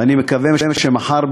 ואני מקווה שמחר,